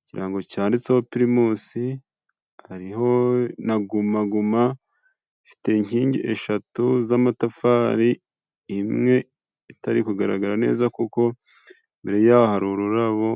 ikirango cyanditseho pirimus hariho na guma guma. Ifite inkingi eshatu z'amatafari imwe itari kugaragara neza kuko mbere yaho hari ururabo.